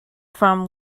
from